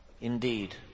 indeed